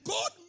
God